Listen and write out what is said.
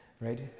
right